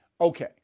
Okay